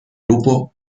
grupo